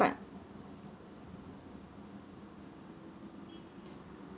but